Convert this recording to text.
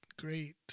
great